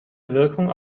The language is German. wirkung